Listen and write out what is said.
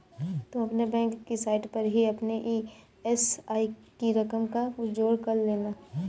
तुम अपने बैंक की साइट पर ही अपने ई.एम.आई की रकम का जोड़ कर लेना